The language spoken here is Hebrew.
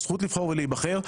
בזכות לבחור ולהיבחר.